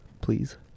please